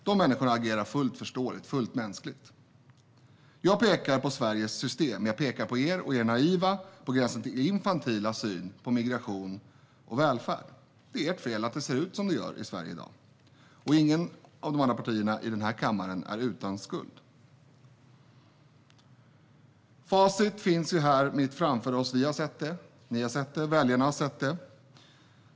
Dessa människor agerar fullt förståeligt och mänskligt. Jag pekar på Sveriges system, på er och på er naiva och på gränsen till infantila syn på migration och välfärd. Det är ert fel att det ser ut som det gör i Sverige i dag. Inget av de andra partierna i denna kammare är utan skuld. Facit finns här mitt framför oss. Vi har sett det. Ni har sett det. Väljarna har sett det.